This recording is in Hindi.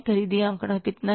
खरीदी आंकड़ा कितना है